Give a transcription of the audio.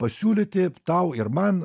pasiūlyti tau ir man